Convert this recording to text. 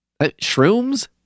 Shrooms